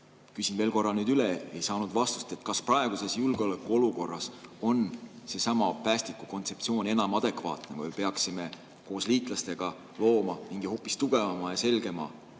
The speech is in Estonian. nüüd veel korra üle, sest ei saanud vastust. Kas praeguses julgeolekuolukorras on see päästikukontseptsioon endiselt adekvaatne või peaksime koos liitlastega looma mingi hoopis tugevama ja selgema